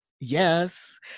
yes